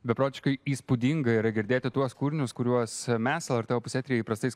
beprotiškai įspūdinga yra girdėti tuos kūrinius kuriuos mes lrt opus etry įprastai